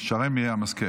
אדוני היושב